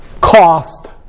cost